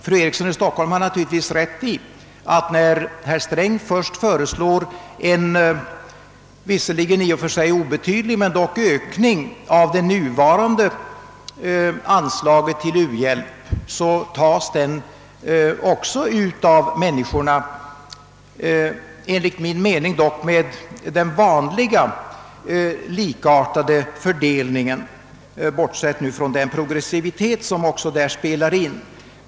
Fru Eriksson i Stockholm har naturligtvis rätt i att den, låt vara obetydliga, ökning av anslaget till u-hjälpen som herr Sträng föreslår också tas ut med den vanliga likartade fördelningen, bortsett från progressiviteten som också där spelar in.